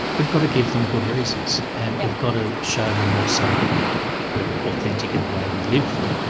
we've got to give them good reasons. and we've got to show them also that we're we're authentic in the way we live them.